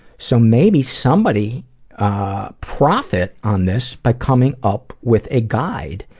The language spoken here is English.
so maybe somebody ah profit on this, by coming up with a guide